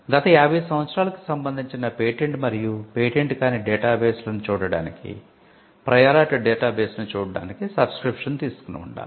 గత 50 సంవత్సరాలుకు సంబంధించిన పేటెంట్ మరియు పేటెంట్ కాని డేటాబేస్లను చూడడానికి ప్రయర్ ఆర్ట్ డేటాబేస్ను చూడడానికి సబ్స్క్రిప్షన్ తీసుకుని ఉండాలి